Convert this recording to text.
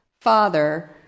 father